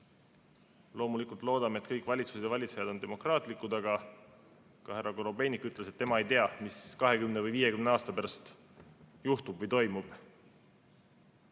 Loomulikult loodame, et kõik valitsused ja valitsejad on demokraatlikud, aga ka härra Korobeinik ütles, et tema ei tea, mis 20 või 50 aasta pärast juhtub või toimub.